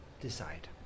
decide